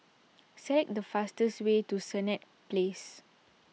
select the fastest way to Senett Place